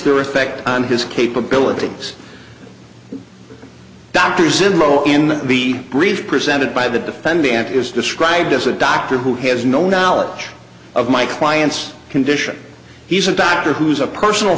their effect on his capabilities doctors enroll in the brief presented by the defendant is described as a doctor who has no knowledge of my client's condition he's a doctor who is a personal